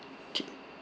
okay